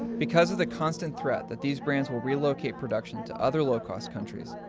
because of the constant threat that these brands will relocate production to other low-cost countries,